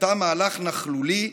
הייתה מהלך נכלולי,